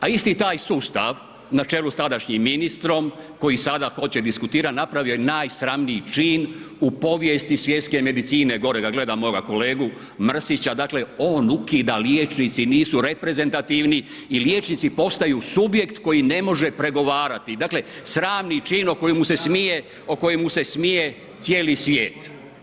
A isti taj sustav na čelu s tadašnjim ministrom koji sada hoće diskutirati napravio je najsramniji čin u povijesti svjetske medicine, gore gledam moga kolegu Mrsića dakle on ukida liječnici nisu reprezentativni i liječnici postaju subjekt koji ne može pregovarati, dakle sramni čin o kojemu se smije cijeli svijet.